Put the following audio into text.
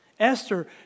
Esther